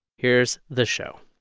here's the show